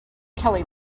kelly